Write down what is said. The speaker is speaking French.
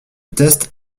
teste